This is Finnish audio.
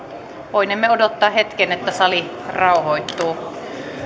voinemme odottaa hetken että sali rauhoittuu